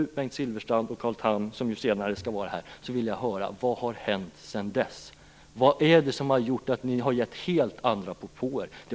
Bengt Silfverstrand och Carl Tham, som senare skall komma hit! Vad är det som gjort att ni har kommit med helt andra propåer?